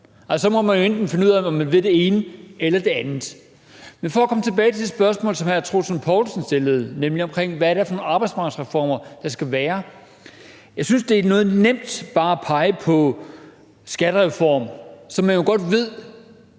så må man jo finde ud af, om man vil det ene eller det andet. Men for at komme tilbage til det spørgsmål, som hr. Troels Lund Poulsen stillede, nemlig om hvad det er for nogle arbejdsmarkedsreformer, der skal være: Jeg synes, det er noget nemt bare at pege på skattereform, som man jo godt ved